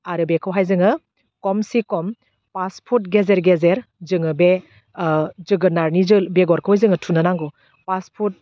आरो बेखौहाय जोङो खमसे खम फास फुट गेजेर गेजेर जोङो बे ओह जोगोनारनि जोल बेगरखौ जोङो थुनो नांगौ फास फुट